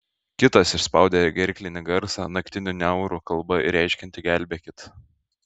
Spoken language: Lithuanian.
kitas išspaudė gerklinį garsą naktinių niaurų kalba reiškiantį gelbėkit